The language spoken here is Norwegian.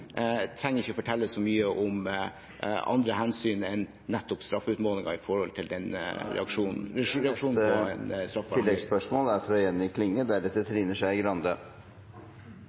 trenger ikke å fortelle så mye om andre hensyn enn nettopp straffeutmålingen i forhold til den … Da er tiden ute! Jenny Klinge